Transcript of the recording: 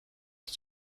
aus